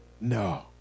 No